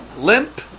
limp